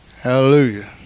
Hallelujah